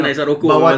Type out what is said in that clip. Bawa